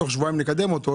בתוך שבועיים נקדם אותו,